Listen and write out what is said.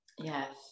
Yes